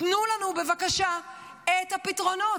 תנו לנו בבקשה את הפתרונות.